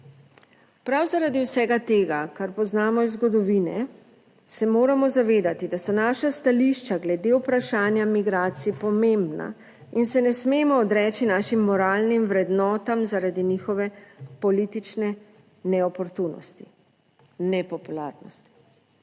Prav zaradi vsega tega, kar poznamo iz zgodovine se moramo zavedati, da so naša stališča glede vprašanja migracij pomembna in se ne smemo odreči našim moralnim vrednotam, zaradi njihove politične, ne oportunosti, ne popularnosti.